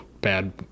bad